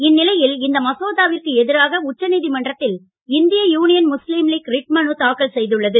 இந்நிலையில் இந்த மசோதாவிற்கு எதிராக உச்ச நீதிமன்றத்தில் இந்திய யூனியன் முஸ்லீம் லீக் ரிட் மனு தாக்கல் செய்துள்ளது